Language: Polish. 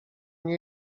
nie